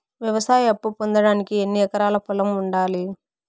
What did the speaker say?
వ్యవసాయ అప్పు పొందడానికి ఎన్ని ఎకరాల పొలం ఉండాలి?